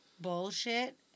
bullshit